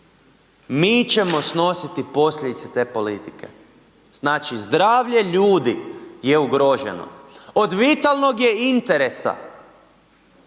mi ćemo snositi posljedice te politike. Znači zdravlje ljudi je ugroženo. Od vitalnog je interesa